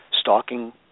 stalking